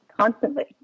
constantly